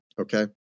okay